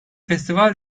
festival